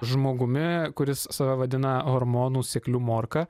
žmogumi kuris save vadina hormonų sekliu morka